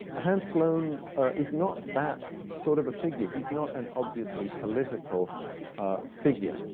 hans sloane is not that sort of a figure. he's not an obviously political figure,